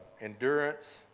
endurance